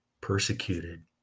persecuted